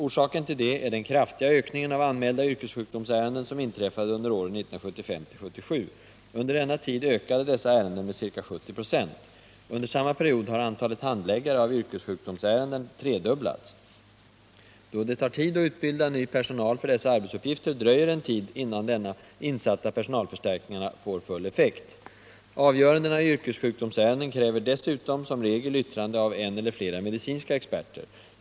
Orsaken till detta är den kraftiga ökningen av anmälda yrkessjukdomsärenden som inträffade under åren 1975-1977. Under denna tid ökade dessa ärenden med ca 70 96. Under samma period har antalet handläggare av yrkessjukdomsärenden tredubblats. Då det tar tid att utbilda ny personal för dessa arbetsuppgifter dröjer det en tid innan insatta personalförstärkningar får full effekt. Avgörandena i yrkessjukdomsärenden kräver dessutom som regel yttrande av en eller flera medicinska experter.